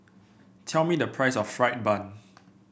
tell me the price of fried bun